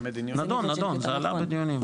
נדון, נדון, עלה בדיונים.